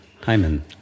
Hymen